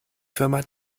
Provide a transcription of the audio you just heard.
firma